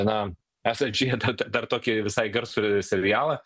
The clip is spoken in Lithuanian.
na esat žėję dar dar tokį visai garsų serialą